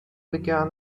began